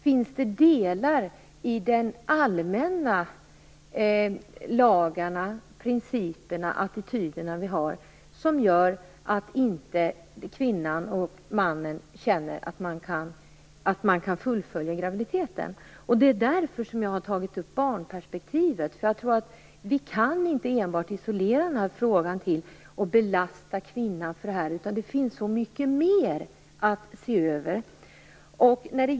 Finns det delar i de allmänna lagar, principer och attityder vi har som gör att kvinnan och mannen inte känner att de kan fullfölja graviditeten? Det är därför som jag har tagit upp barnperspektivet. Vi kan inte enbart isolera frågan till att belasta kvinnan för detta. Det finns så mycket mer att se över.